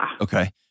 Okay